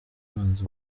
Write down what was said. ubanza